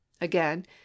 again